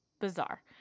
bizarre